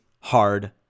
hard